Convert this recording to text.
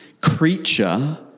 creature